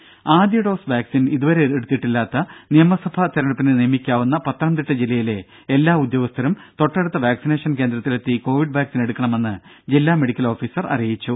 രംഭ ആദ്യ dose vaccine ഇതുവരെ എടുത്തിട്ടില്ലാത്ത നിയമസഭാ തെരഞ്ഞെടുപ്പിന് നിയമിക്കാവുന്ന പത്തനംതിട്ട ജില്ലയിലെ എല്ലാ ഉദ്യോഗസ്ഥരും തൊട്ടടുത്ത വാക്സിനേഷൻ കേന്ദ്രത്തിലെത്തി കോവിഡ് വാക്സിൻ എടുക്കണമെന്ന് ജില്ലാ മെഡിക്കൽ ഓഫീസർ അറിയിച്ചു